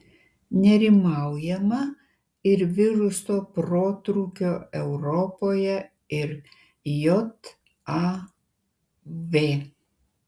nerimaujama ir viruso protrūkio europoje ir jav